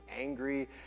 angry